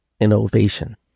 innovation